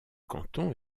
canton